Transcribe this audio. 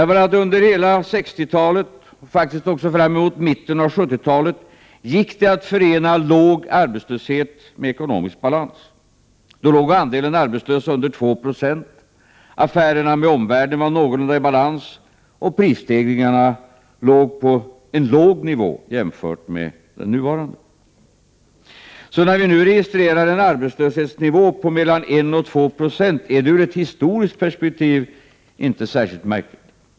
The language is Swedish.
Under hela 1960-talet och faktiskt även fram emot mitten av 1970-talet gick det att förena låg arbetslöshet med ekonomisk balans. Då låg andelen arbetslösa under 2 90, affärerna med omvärlden var någorlunda i balans, och prisstegringarna låg på en låg nivå jämfört med den nuvarande. När vi nu registrerar en arbetslöshetsnivå på mellan 1 och 2 96 är det ur ett historiskt perspektiv inte särskilt märkligt.